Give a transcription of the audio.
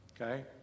Okay